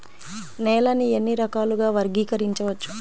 నేలని ఎన్ని రకాలుగా వర్గీకరించవచ్చు?